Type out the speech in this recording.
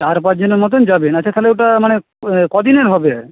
চার পাঁচজনের মতো যাবেন আচ্ছা তাহলে ওটা মানে ক দিনের হবে